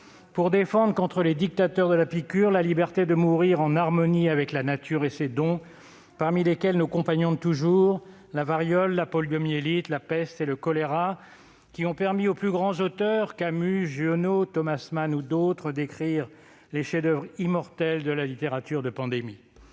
pour défendre contre les dictateurs de la piqûre la liberté de mourir en harmonie avec la nature et ses dons, parmi lesquels nos compagnons de toujours, la variole, la poliomyélite, la peste et le choléra, qui ont permis aux plus grands auteurs, Camus, Giono, Thomas Mann et d'autres d'écrire les chefs-d'oeuvre immortels de la littérature de pandémie